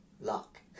luck